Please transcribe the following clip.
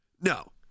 no